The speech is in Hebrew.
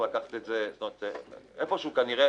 איפשהו כנראה